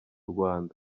rwanda